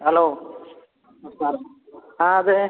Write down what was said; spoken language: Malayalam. ഹലോ ആ അതെ